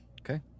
Okay